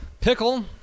pickle